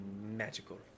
magical